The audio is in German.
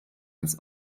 als